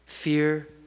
Fear